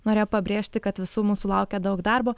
norėjo pabrėžti kad visų mūsų laukia daug darbo